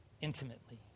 intimately